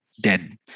dead